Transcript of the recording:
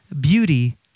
beauty